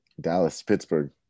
Dallas-Pittsburgh